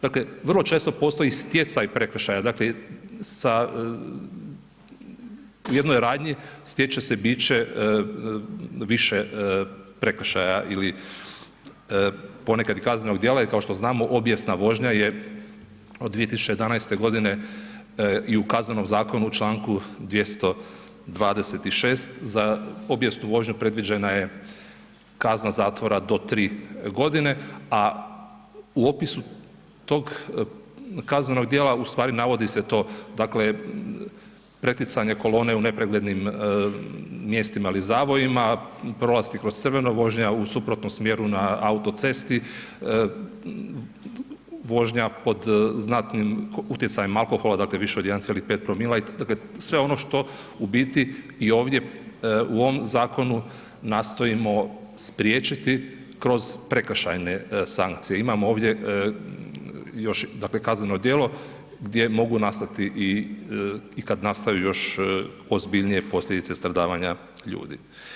Dakle, vrlo često postoji i stjecaj prekršaja, dakle u jednoj radnji stječe se bit će više prekršaja ili ponekad i kaznenog djela i kao što znamo obijesna vožnja je od 2011.g. i u Kaznenom zakonu u čl. 226. za obijesnu vožnju predviđena je kazna zatvora do 3.g., a u opisu tog kaznenog dijela u stvari navodi se to dakle, preticanje kolone u nepreglednim mjestima ili zavojima, prolasci kroz crveno, vožnja u suprotnom smjeru na auto cesti, vožnja pod znatnim utjecajem alkohola, dakle više od 1,5 promila i dakle sve ono što u biti i ovdje u ovom zakonu nastojimo spriječiti kroz prekršajne sankcije, imamo ovdje još dakle kazneno djelo gdje mogu nastati i kad nastaju još ozbiljnije posljedice stradavanja ljudi.